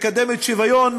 מקדמת שוויון,